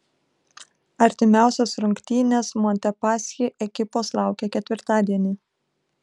artimiausios rungtynės montepaschi ekipos laukia ketvirtadienį